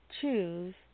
Choose